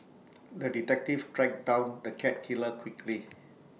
the detective tracked down the cat killer quickly